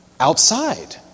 Outside